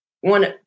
one